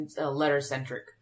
letter-centric